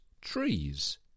trees